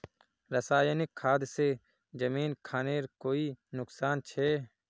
रासायनिक खाद से जमीन खानेर कोई नुकसान छे?